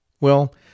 Well